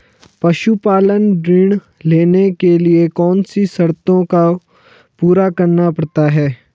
पशुपालन ऋण लेने के लिए कौन सी शर्तों को पूरा करना पड़ता है?